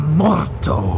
morto